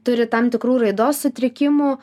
turi tam tikrų raidos sutrikimų